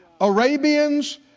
Arabians